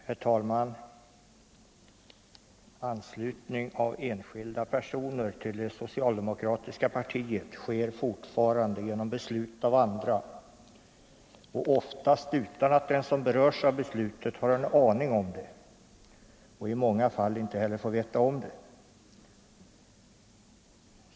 Herr talman! Anslutning av enskilda personer till det socialdemokratiska partiet sker fortfarande genom beslut av andra och oftast utan att den som berörs av beslutet har en aning om det. I många fall får han inte heller veta om det.